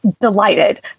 delighted